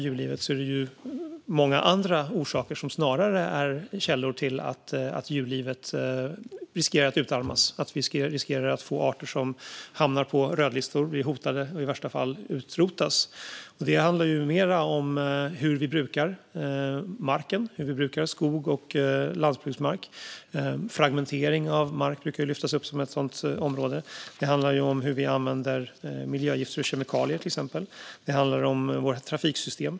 Det finns många andra orsaker som i högre grad utgör källor till att djurlivet riskerar att utarmas och att vi riskerar att få arter som hamnar på rödlistor, blir hotade och i värsta fall utrotas. Det handlar mer om hur vi brukar marken - skogen och lantbruksmarken. Fragmentering av mark brukar lyftas fram som ett sådant område. Det handlar även till exempel om hur vi använder miljögifter och kemikalier och om våra trafiksystem.